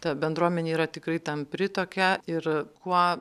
ta bendruomenė yra tikrai tampri tokia ir kuo